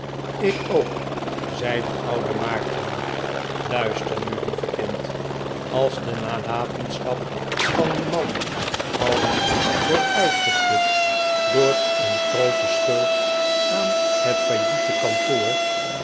ik ook zei de oude maarten luister nu lieve kind als de nalatenschap van uw man al niet wordt uitgeput door een groote schuld aan het failliete kantoor